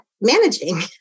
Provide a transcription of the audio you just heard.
managing